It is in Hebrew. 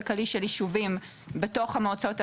כלכלי של ישובים בתוך המועצות האזוריות.